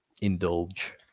indulge